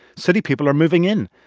city people are moving in.